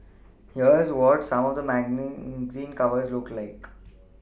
here's what some of the zine covers looked like